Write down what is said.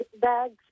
bags